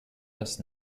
das